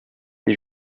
des